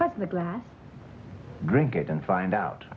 but the glass drink it and find